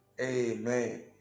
Amen